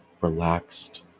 relaxed